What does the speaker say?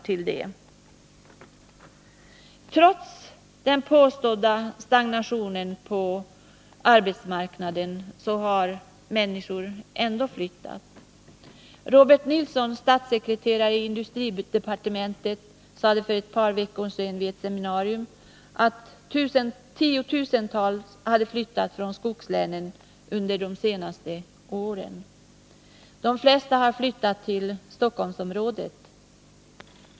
Trots den påstådda stagnationen på arbetsmarknaden så flyttar människorna även nu. Robert Nilsson, statssekreterare i industridepartementet, sade för ett par veckor sedan vid ett seminarium att tiotusentals hade flyttat från skogslänen under de senaste åren. De flesta har flyttat till Stockholmsområdet.